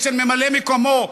אצל ממלא מקומו,